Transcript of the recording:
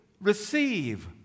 receive